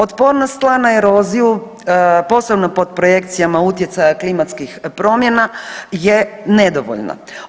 Otpornost tla na eroziju, posebno pod projekcijama utjecaja klimatskih promjena je nedovoljna.